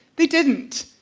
they didn't.